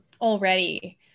already